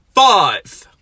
Five